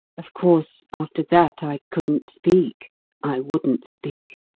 of course, after that i couldn't speak i wouldn't speak.